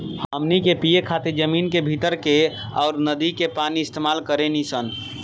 हमनी के पिए खातिर जमीन के भीतर के अउर नदी के पानी इस्तमाल करेनी सन